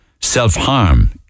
self-harm